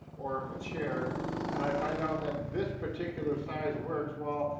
or a chair and i find out that this particular size works well,